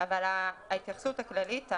אבל ההתייחסות הכללית,